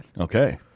Okay